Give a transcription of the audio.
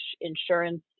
insurance